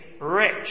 rich